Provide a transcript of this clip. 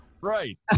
right